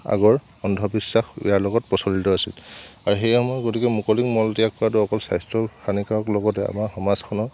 আগৰ অন্ধবিশ্বাস ইয়াৰ লগত প্ৰচলিত আছিল আৰু সেই সময়ত গতিকে মুকলিত মলত্যাগ কৰাটোৰ অকল স্বাস্থ্যৰ হানিকাৰক লগতে আমাৰ সমাজখনৰ